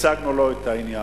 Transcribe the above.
הצגנו לו את העניין,